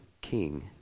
king